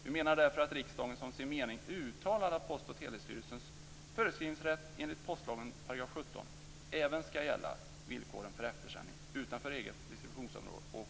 Vi menar därför att riksdagen som sin mening bör uttala att Post och